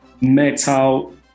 metal